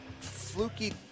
fluky